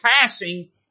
passing